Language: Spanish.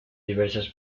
diversas